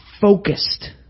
focused